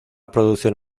producción